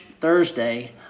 Thursday